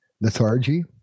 Lethargy